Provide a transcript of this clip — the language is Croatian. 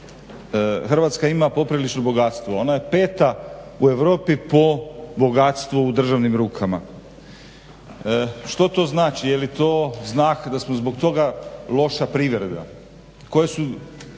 Hrvatska ima poprilično bogatstvo. Ona je peta u Europi po bogatstvu u državnim rukama. Što to znači? Je li to znak da smo zbog toga loša privreda, koja su